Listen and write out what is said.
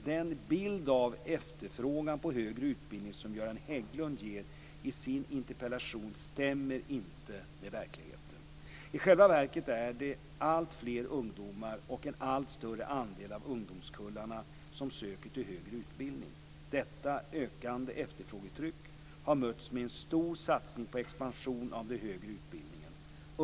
Den bild av efterfrågan på högre utbildning som Göran Hägglund ger i sin interpellation stämmer dock inte med verkligheten. I själva verket är det alltfler ungdomar och en allt större andel av ungdomskullarna som söker till högre utbildning. Detta ökande efterfrågetryck har mötts med en stor satsning på expansion av den högre utbildningen.